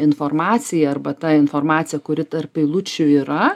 informacija arba ta informacija kuri tarp eilučių yra